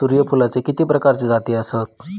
सूर्यफूलाचे किती प्रकारचे जाती आसत?